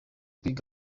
kwiga